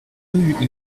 rue